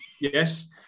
yes